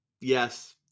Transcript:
yes